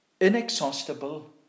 inexhaustible